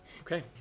Okay